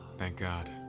thank god!